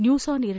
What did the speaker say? news on air